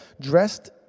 dressed